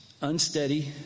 unsteady